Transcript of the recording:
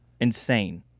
insane